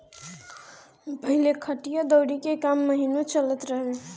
पहिले कटिया दवरी के काम महिनो चलत रहे